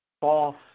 false